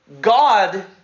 God